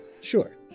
Sure